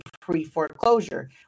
pre-foreclosure